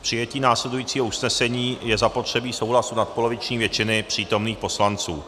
K přijetí následujícího usnesení je zapotřebí souhlasu nadpoloviční většiny přítomných poslanců.